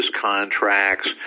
contracts